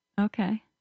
Okay